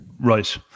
Right